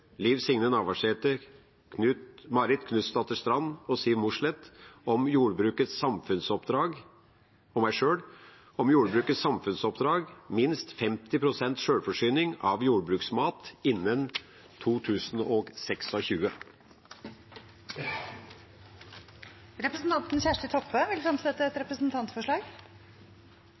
Liv Signe Navarsete, Marit Knutsdatter Strand, Siv Mossleth og meg sjøl om jordbrukets samfunnsoppdrag – minst 50 prosent sjølforsyning av jordbruksmat innen 2026. Representanten Kjersti Toppe vil fremsette et representantforslag.